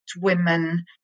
women